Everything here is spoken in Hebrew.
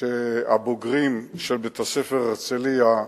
שהבוגרים של בית-ספר "הרצליה"